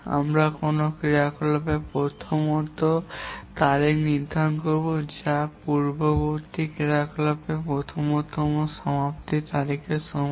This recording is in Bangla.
আমরা কোনও ক্রিয়াকলাপের প্রথমতম তারিখ নির্ধারণ করব যা পূর্ববর্তী ক্রিয়াকলাপের প্রথমতম সমাপ্তির তারিখের সমান